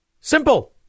Simple